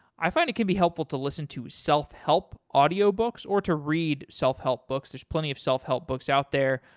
i find it can be helpful to listen to self-help audiobooks or to read self help books. there's plenty of self-help books out there.